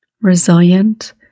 resilient